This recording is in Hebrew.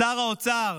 שר האוצר,